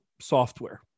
software